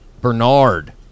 Bernard